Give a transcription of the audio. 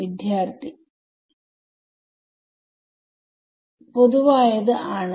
ഉം ഉം പൊതുവായത് ആണ്